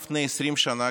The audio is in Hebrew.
לפני 20 שנה,